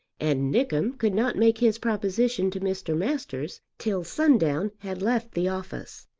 and nickem could not make his proposition to mr. masters till sundown had left the office.